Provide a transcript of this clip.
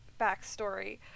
backstory